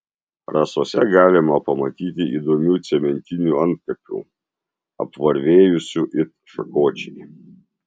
rasose galima pamatyti įdomių cementinių antkapių apvarvėjusių it šakočiai